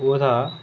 ओह् था